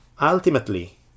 Ultimately